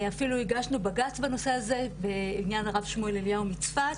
אפילו הגשנו בג"צ בנושא הזה בעניין הרב שמואל אליהו מצפת